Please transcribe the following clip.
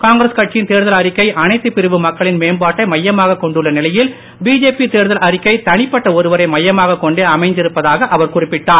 காங்கிரஸ் கட்சியின் தேர்தல் அறிக்கை அனைத்து பிரிவு மக்களின் மேம்பாட்டை மையமாக்க் கொண்டுள்ள நிலையில் பிஜேபி தேர்தல் அறிக்கை தனிப்பட்ட ஒருவரை மையமாகக் கொண்டே அமைந்திருப்பதாக அவர் குறிப்பிட்டார்